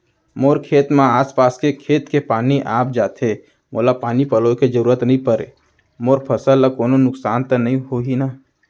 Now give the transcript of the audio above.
मोर खेत म आसपास के खेत के पानी आप जाथे, मोला पानी पलोय के जरूरत नई परे, मोर फसल ल कोनो नुकसान त नई होही न?